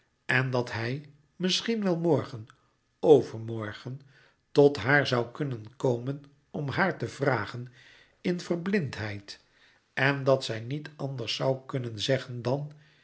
en dat hij misschien wel morgen overmorgen tot haar zoû kunnen komen om haar te vragen in verblindheid en dat zij niet anders zoû kunnen zeggen dan